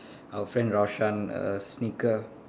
our friend Raushan a sneaker